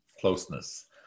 Closeness